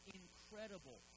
incredible